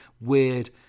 weird